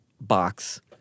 box